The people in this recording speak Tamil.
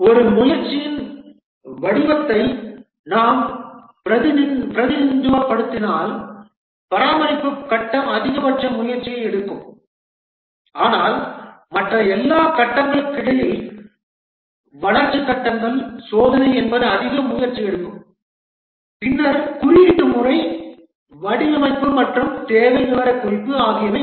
ஒரு முயற்சியின் வடிவத்தை நாம் பிரதிநிதித்துவப்படுத்தினால் பராமரிப்பு கட்டம் அதிகபட்ச முயற்சியை எடுக்கும் ஆனால் மற்ற எல்லா கட்டங்களுக்கிடையில் வளர்ச்சி கட்டங்கள் சோதனை என்பது அதிக முயற்சி எடுக்கும் பின்னர் குறியீட்டு முறை வடிவமைப்பு மற்றும் தேவை விவரக்குறிப்பு ஆகியவை வரும்